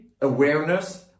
awareness